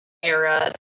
era